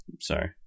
sorry